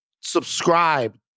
subscribe